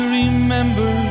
remember